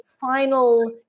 final